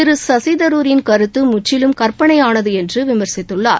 திரு சசிதரூரின் கருத்து முற்றிலும் கற்பனையானது என்று விமர்சித்துள்ளார்